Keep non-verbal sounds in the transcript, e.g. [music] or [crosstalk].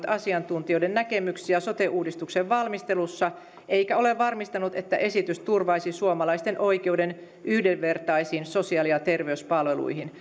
[unintelligible] asiantuntijoiden näkemyksiä sote uudistuksen valmistelussa eikä ole varmistanut että esitys turvaisi suomalaisten oikeuden yhdenvertaisiin sosiaali ja terveyspalveluihin [unintelligible]